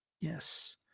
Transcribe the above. yes